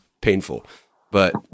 painful—but